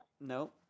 No